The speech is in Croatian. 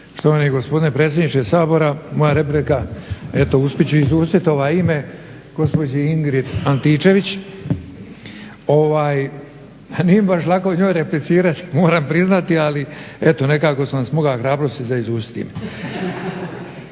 Štovani gospodine predsjedniče Sabora. Moja replika, eto uspjet ću izustit ime gospođi Ingrid Antičević. Ovaj, nije baš lako njoj replicirati moram priznati, ali evo nekako sam smogao hrabrosti za izustit ime.